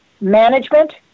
management